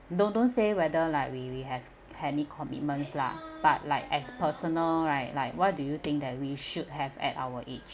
no don't say whether like we we have any commitments lah but like as personal right like what do you think that we should have at our age